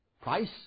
price